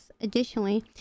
additionally